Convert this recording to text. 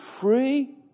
free